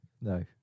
No